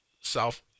South